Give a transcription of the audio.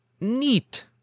neat